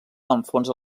enfonsa